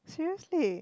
seriously